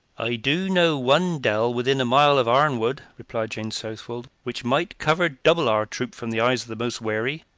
i do know one dell, within a mile of arnwood, replied james southwold, which might cover double our troop from the eyes of the most wary.